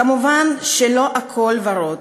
כמובן, לא הכול ורוד,